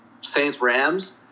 Saints-Rams